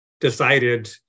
decided